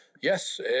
Yes